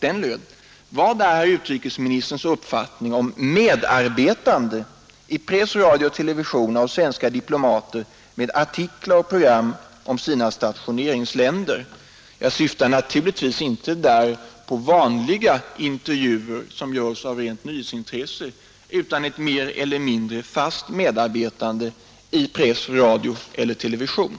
Den löd: ”Vad är herr utrikesministerns uppfattning om medarbetande i press, radio och television av svenska diplomater med artiklar och program om sina stationeringsländer?” Jag syftar naturligtvis inte där på vanliga intervjuer som görs av rent nyhetsintresse utan på ett mer eller mindre fast medarbetande i press, radio eller television.